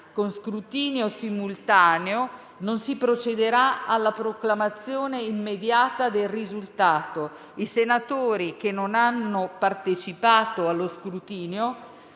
con scrutinio simultaneo, non si procederà alla proclamazione immediata del risultato. I senatori che non hanno partecipato allo scrutinio